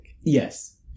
Yes